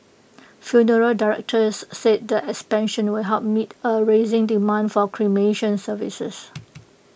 funeral directors said the expansion will help meet A rising demand for cremation services